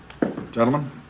Gentlemen